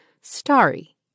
Starry